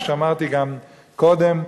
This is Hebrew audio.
מה שאמרתי גם קודם,